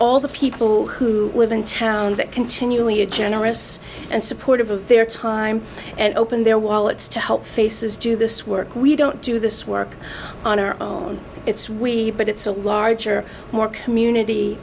all the people who live in town that continually a generous and supportive of their time and open their wallets to help faces do this work we don't do this work on our own it's we but it's a larger more community